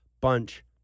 bunch